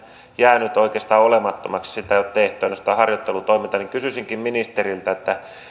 jäänyt oikeastaan olemattomaksi sitä ei ole tehty ainoastaan harjoittelutoimintaa kysyisinkin ministeriltä